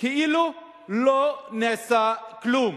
כאילו לא נעשה כלום.